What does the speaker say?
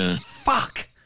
Fuck